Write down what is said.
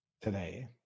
Today